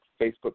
Facebook